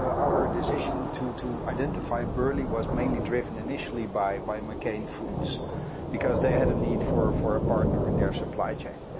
our decision to to identify burley was mainly driven initially by by mccain foods because they had a need for for a partner in their supply chain.